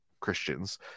christians